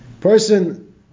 person